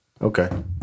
Okay